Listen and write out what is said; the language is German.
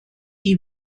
die